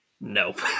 nope